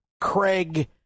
Craig